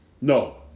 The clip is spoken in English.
no